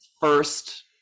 First